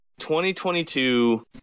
2022